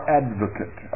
advocate